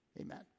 amen